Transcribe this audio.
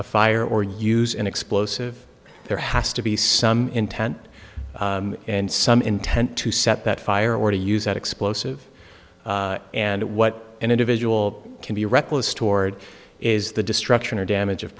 a fire or use an explosive there has to be some intent and some intent to see that fire or to use that explosive and what an individual can be reckless toward is the destruction or damage of